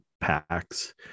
packs